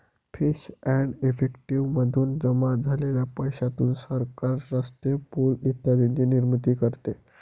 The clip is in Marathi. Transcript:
फीस एंड इफेक्टिव मधून जमा झालेल्या पैशातून सरकार रस्ते, पूल इत्यादींची निर्मिती करते